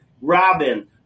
Robin